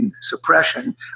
suppression